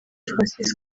francis